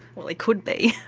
well he could be!